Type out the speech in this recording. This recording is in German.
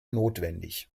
notwendig